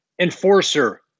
enforcer